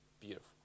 beautiful